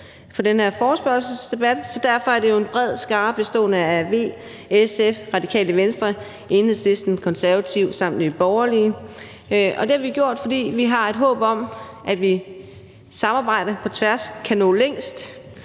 til den her forespørgselsdebat, og det er jo blevet til en bred skare bestående af V, SF, Radikale Venstre, Enhedslisten, De Konservative og Nye Borgerlige, og vi har et håb om, at vi ved at samarbejde på tværs kan nå længst.